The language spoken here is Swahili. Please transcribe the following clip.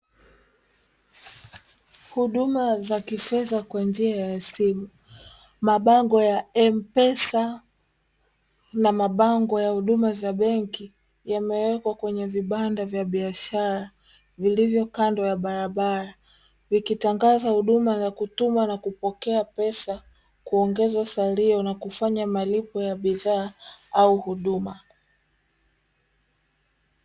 Huduma za kifedha kwa njia ya simu, mabango ya M-Pesa na mabango ya huduma za benki yamewekwa kwenye vibanda vya biashara vilivyo kando ya barabara vikitangaza huduma za kutuma na kupokea pesa, kuongeza salio na kufanya malipo ya bidhaa au huduma